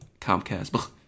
Comcast